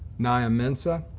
naiah mensah,